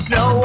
no